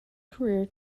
career